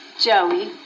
Joey